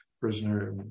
prisoner